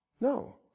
No